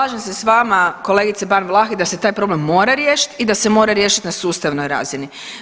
Slažem se s vama kolegice Ban Vlahek da se taj problem mora riješiti i da se mora riješiti na sustavnoj razini.